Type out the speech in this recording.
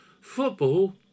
Football